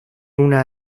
una